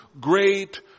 great